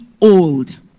old